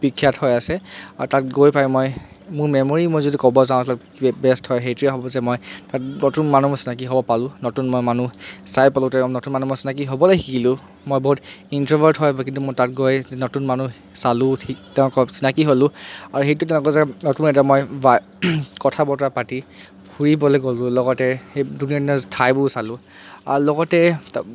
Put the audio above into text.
বিখ্যাত হৈ আছে আৰু তাত গৈ পাই মই মোৰ মেমৰী মই যদি ক'ব যাওঁ তাত বেষ্ট হয় সেইটোৱে হ'ব যে মই তাত নতুন মানুহবোৰ চিনাকী হ'ব পালোঁ নতুন মই মানুহ চাই পালোঁ তাত নতুন মানুহ মই চিনাকী হ'বলৈ শিকিলোঁ মই বহুত ইনট্ৰ'ভাৰ্ট হয় কিন্তু মই তাত গৈ নতুন মানুহ চালোঁ শিক্ তেওঁলোকৰ লগত চিনাকী হ'লোঁ নতুন এটা মই ভাই কথা বতৰা পাতি ফুৰিবলৈ গ'লোঁ লগতে সেই ধুনীয়া ধুনীয়া ঠাইবোৰ চালোঁ আৰু লগতে তা